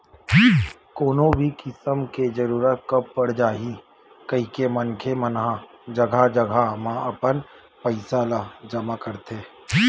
कोनो भी किसम के जरूरत कब पर जाही कहिके मनखे मन ह जघा जघा म अपन पइसा ल जमा करथे